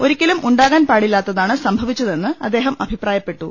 ഒരിക്കലും ഉണ്ടാകാൻ പാടില്ലാത്തതാണ് സംഭവിച്ചതെന്ന് അദ്ദേഹം അഭി പ്രായപ്പെട്ടു